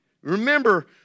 Remember